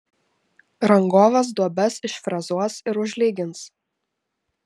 rangovas duobes išfrezuos ir užlygins